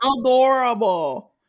Adorable